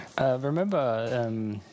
Remember